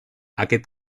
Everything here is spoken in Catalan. aquest